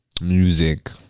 music